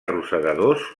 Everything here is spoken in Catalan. rosegadors